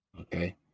Okay